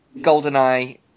GoldenEye